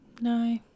No